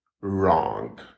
Wrong